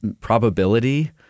probability